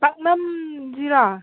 ꯄꯥꯛꯅꯝ ꯁꯤꯔꯣ